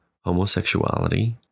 homosexuality